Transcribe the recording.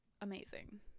amazing